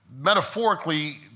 metaphorically